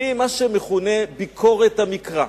ממה שמכונה ביקורת המקרא.